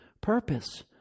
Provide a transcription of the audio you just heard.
purpose